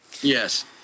Yes